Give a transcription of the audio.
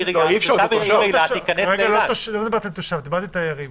אני לא מדבר על תיירים.